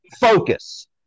focus